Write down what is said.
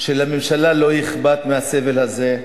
ולממשלה לא אכפת מהסבל הזה,